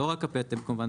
לא רק הפטם כמובן,